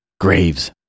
Graves